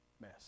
Mess